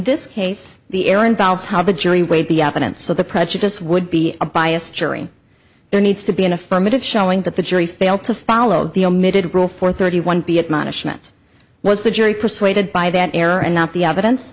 this case the air involves how the jury weighed the evidence so the prejudice would be a biased jury there needs to be an affirmative showing that the jury failed to follow the omitted rule for thirty one b admonishment was the jury persuaded by that error and not the evidence